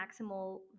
maximal